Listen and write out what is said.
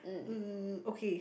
um okay